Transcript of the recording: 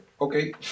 Okay